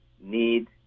need